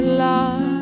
love